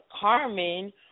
Carmen